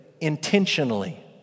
intentionally